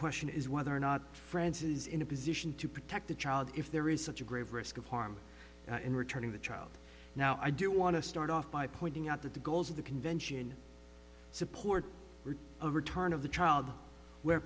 question is whether or not france's in a position to protect the child if there is such a grave risk of harm in returning the child now i do want to start off by pointing out that the goals of the convention support were a return of the child where